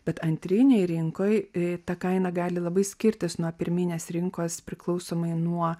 bet antrinėj rinkoj ta kaina gali labai skirtis nuo pirminės rinkos priklausomai nuo